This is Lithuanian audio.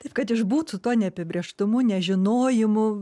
taip kad išbūt su tuo neapibrėžtumu nežinojimu